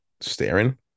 staring